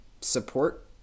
support